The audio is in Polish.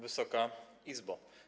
Wysoka Izbo!